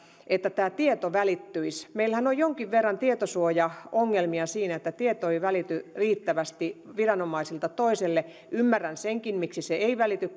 että tieto välittyisi meillähän on jonkin verran tietosuojaongelmia siinä että tieto ei välity riittävästi viranomaiselta toiselle ymmärrän senkin miksi se ei välity